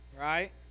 Right